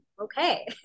okay